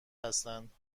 هستند